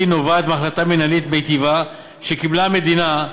נובעת מהחלטה מינהלית מיטיבה שקיבלה המדינה,